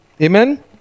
Amen